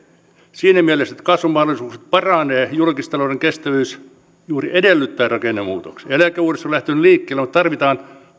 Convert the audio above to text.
siinä mielessä että kasvun mahdollisuudet paranevat julkistalouden kestävyys juuri edellyttää rakennemuutoksia eläkeuudistus on lähtenyt liikkeelle mutta tarvitaan